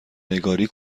نگاری